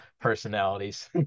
personalities